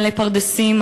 מלא פרדסים,